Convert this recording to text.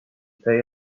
pay